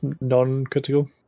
non-critical